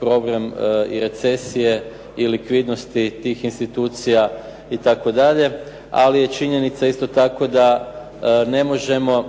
problem recesije i likvidnosti tih institucija itd. Ali je činjenica isto tako da ne možemo